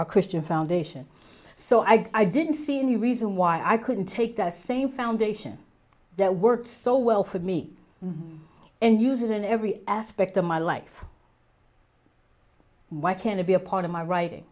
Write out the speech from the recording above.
our christian foundation so i didn't see any reason why i couldn't take the same foundation that works so well for me and use it in every aspect of my life why can't it be a part of my writing